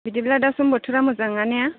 बिदिब्ला दा सम बोथोरा मोजां नङा ने